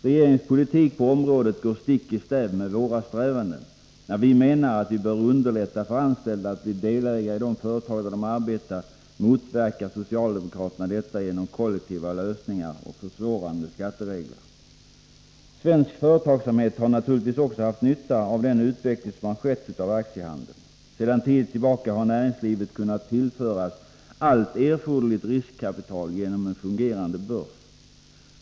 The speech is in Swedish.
Regeringens politik på området går stick i stäv med våra strävanden. När vi menar att vi bör underlätta för anställda att bli delägare i de företag där de arbetar, motverkar socialdemokraterna detta genom kollektiva lösningar och försvårande skatteregler, Svensk företagsamhet har naturligtvis också haft nytta av den utveckling som skett av aktiehandeln. Sedan en tid tillbaka har näringslivet kunnat tillföras allt erforderligt riskkapital genom en fungerande börs.